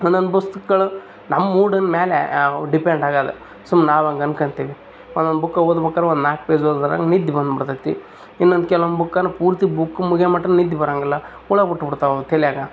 ಒನೊಂದು ಪುಸ್ತಕಗಳು ನಮ್ಮ ಮೂಡಿನ್ ಮೇಲೆ ಡಿಪೆಂಡ್ ಆಗೋದು ಸುಮ್ನೆ ನಾವು ಹಂಗೆ ಅನ್ಕೋತಿವಿ ಒನೊಂದು ಬುಕ್ ಓದ್ಬೇಕಾರ ಒಂದು ನಾಲ್ಕು ಪೇಜ್ ಓದ್ಬೇಕಾದ್ರೆ ನಿದ್ದೆ ಬಂದ್ಬಿಡುತತಿ ಇನ್ನೊಂದು ಕೆಲ್ವೊಂದು ಬುಕನ್ನು ಪೂರ್ತಿ ಬುಕ್ ಮುಗಿಯೋ ಮುಟ ನಿದ್ದೆ ಬರೋಂಗಿಲ್ಲ ಹುಳ ಬಿಟ್ಬುಡ್ತಾವೆ ತಲೆಯಾಗೆ